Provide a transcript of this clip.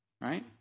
right